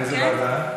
איזו ועדה?